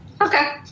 Okay